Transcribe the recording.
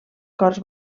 corts